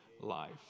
life